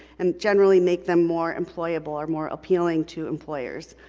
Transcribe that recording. and generally make them more employable or more appealing to employers.